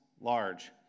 large